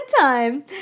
time